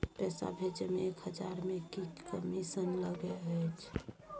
पैसा भैजे मे एक हजार मे की कमिसन लगे अएछ?